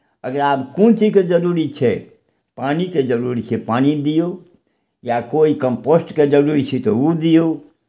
एकरा कोन चीजके जरूरी छै पानिके जरूरी छै पानि दियौ या कोइ कम्पोस्टके जरूरी छै तऽ ओ दियौ